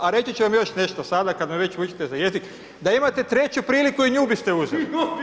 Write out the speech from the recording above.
A reći ću vam još nešto, sada kada me već vučete za jezik, da imate treću priliku i nju biste uzeli.